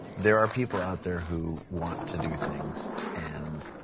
there are people out there who want to do things and